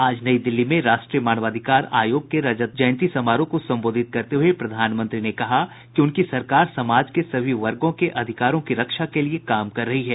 आज नई दिल्ली में राष्ट्रीय मानवाधिकार आयोग के रजत जयंती समारोह को संबोधित करते हुए प्रधानमंत्री ने कहा कि उनकी सरकार समाज के सभी वर्गों के अधिकारों की रक्षा के लिए काम कर रही है